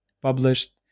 published